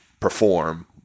perform